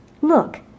Look